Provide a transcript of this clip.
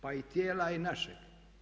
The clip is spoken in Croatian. Pa i tijela i našeg.